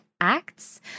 acts